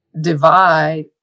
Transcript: divide